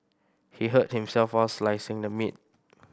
he hurt himself while slicing the meat